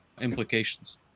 implications